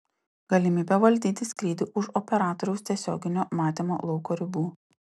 galimybė valdyti skrydį už operatoriaus tiesioginio matymo lauko ribų